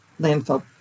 landfill